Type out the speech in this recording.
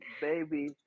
baby